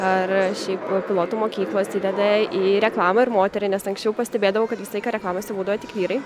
ar šiaip pilotų mokyklos įdeda į reklamą ir moterį nes anksčiau pastebėdavau kad visą laiką reklamose būdavo tik vyrai